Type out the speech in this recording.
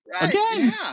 Again